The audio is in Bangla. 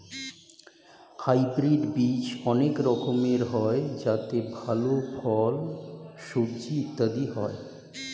হাইব্রিড বীজ অনেক রকমের হয় যাতে ভালো ফল, সবজি ইত্যাদি হয়